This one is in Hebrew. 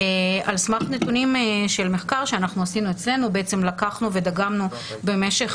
על סמך נתונים של מחקר שאנחנו עושים אצלנו לקחנו ודגמנו במשך